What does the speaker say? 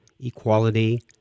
equality